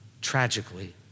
tragically